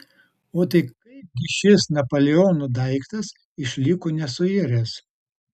o tai kaip gi šis napoleono daiktas išliko nesuiręs